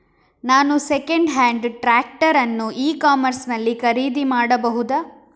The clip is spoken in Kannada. ನಾನು ಸೆಕೆಂಡ್ ಹ್ಯಾಂಡ್ ಟ್ರ್ಯಾಕ್ಟರ್ ಅನ್ನು ಇ ಕಾಮರ್ಸ್ ನಲ್ಲಿ ಖರೀದಿ ಮಾಡಬಹುದಾ?